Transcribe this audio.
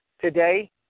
Today